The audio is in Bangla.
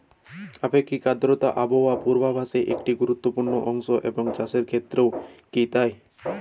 আপেক্ষিক আর্দ্রতা আবহাওয়া পূর্বভাসে একটি গুরুত্বপূর্ণ অংশ এবং চাষের ক্ষেত্রেও কি তাই?